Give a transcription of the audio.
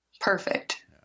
Perfect